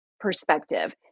Perspective